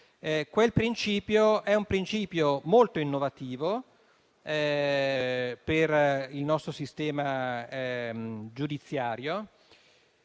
Quel principio è stato molto innovativo per il nostro sistema giudiziario;